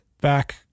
back